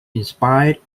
inspired